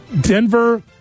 Denver